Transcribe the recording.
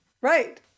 right